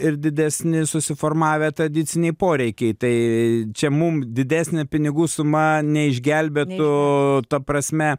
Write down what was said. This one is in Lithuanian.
ir didesni susiformavę tradiciniai poreikiai tai čia mum didesnė pinigų suma neišgelbėtų ta prasme